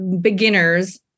beginners